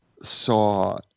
saw